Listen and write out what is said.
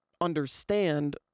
understand